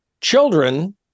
children